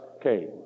came